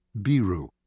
Biru